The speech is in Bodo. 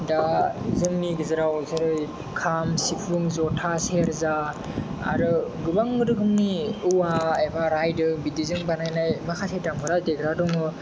दा जोंनि गेजेराव जेरै खाम सिफुं जथा सेरजा आरो गोबां रोखोमनि औवा एबा राइदों बिदिजों बानायनाय माखासे दामग्रा देग्रा दङ